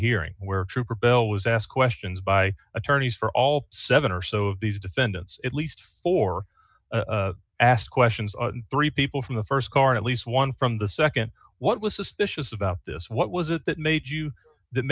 hearing where trooper bell was asked questions by attorneys for all seven or so of these defendants at least four asked questions three people from the st car at least one from the nd what was suspicious about this what was it that made you that